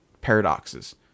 paradoxes